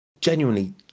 genuinely